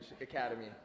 Academy